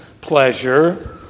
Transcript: pleasure